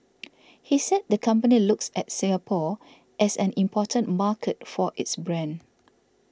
he said the company looks at Singapore as an important market for its brand